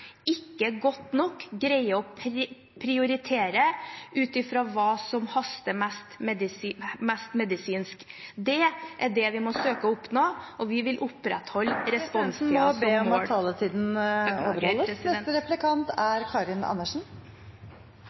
ikke greier å prioritere godt nok ut fra hva som haster mest medisinsk. Det er det vi må søke å oppnå, og vi vil opprettholde responstiden som mål. Presidenten må be om at taletiden overholdes. Jeg hørte på Kjerkols innlegg, og det er